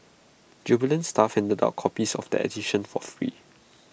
jubilant staff handed out copies of that edition for free